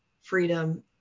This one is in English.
freedom